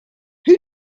who